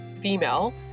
female